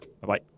Bye-bye